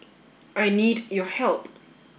I need your help